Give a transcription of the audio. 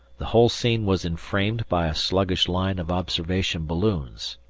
the whole scene was enframed by a sluggish line of observation balloons.